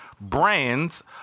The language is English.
brands